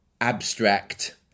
abstract